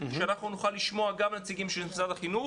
שאנחנו נוכל לשמוע גם את הנציגים של משרד החינוך.